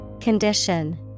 Condition